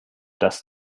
das